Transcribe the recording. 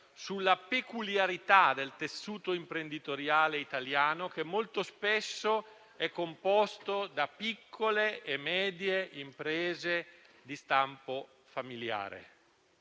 sulla peculiarità del tessuto imprenditoriale italiano che molto spesso è composto da piccole e medie imprese di stampo familiare.